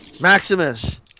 Maximus